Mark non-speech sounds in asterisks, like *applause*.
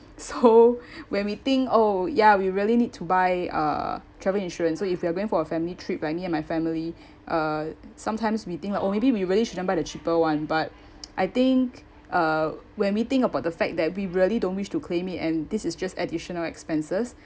so *breath* when we think oh ya we really need to buy uh travel insurance so if you are going for a family trip like me and my family *breath* uh sometimes meeting lah or maybe we really shouldn't buy the cheaper one but *breath* I think uh when we think about the fact that we really don't wish to claim it and this is just additional expenses *breath*